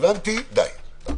הבנתי, די.